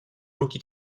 руки